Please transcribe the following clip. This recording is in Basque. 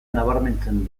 nabarmentzen